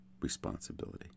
responsibility